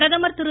பிரதமர் திரு